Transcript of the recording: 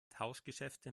tauschgeschäfte